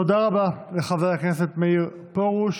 תודה רבה לחבר הכנסת מאיר פרוש.